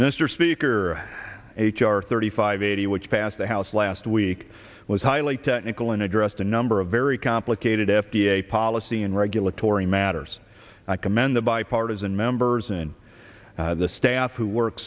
mr speaker h r thirty five eighty which passed the house last week was highly technical and addressed a number of very complicated f d a policy and regulatory matters i commend the bipartisan members in the staff who work